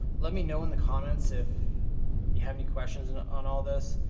let me know in the comments if you have any questions and on all this.